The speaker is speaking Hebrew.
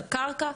על קרקע,